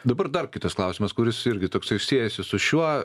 dabar dar kitas klausimas kuris irgi toksai siejasi su šiuo